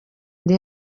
ndi